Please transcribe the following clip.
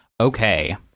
Okay